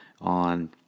on